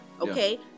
okay